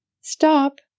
stop